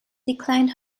declined